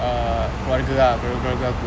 uh keluarga ah keluarga keluarga aku